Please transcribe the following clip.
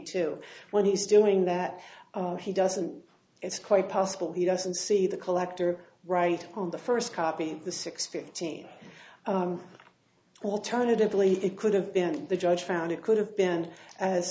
to when he's doing that he doesn't it's quite possible he doesn't see the collector right on the first copy the six fifteen alternatively it could have been the judge found it could have been as